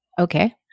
Okay